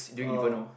oh